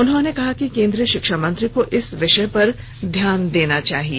उन्होंने कहा कि केंद्रीय शिक्षा मंत्री को इस विषय पर ध्यान देना चाहिए